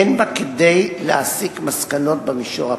אין בה כדי להסיק מסקנות במישור הפלילי.